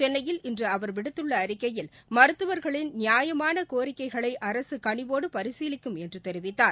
சென்னையில் இன்று அவர் விடுத்துள்ள அறிக்கையில் மருத்துவர்களின் நியாயமான கோரிக்கைகளை அரசு கணிவோடு பரிசீலிக்கும் என்று தெரிவித்தார்